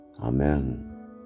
Amen